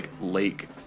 lake